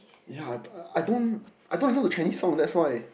ya I thought I don't I don't listen to Chinese song that's why